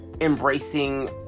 embracing